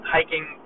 Hiking